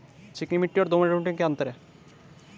चिकनी मिट्टी और दोमट मिट्टी में क्या अंतर है?